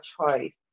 choice